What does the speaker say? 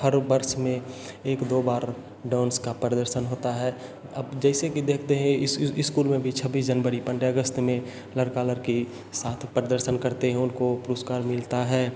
हर वर्ष में एक दो बार डांस का प्रदर्शन होता है अब जैसे कि देखते हैं इस इ इस्कूल में भी छब्बीस जनवरी पंद्रह अगस्त में लड़का लड़की साथ प्रदर्शन करते हैं उनको पुरुस्कार मिलता है